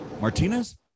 Martinez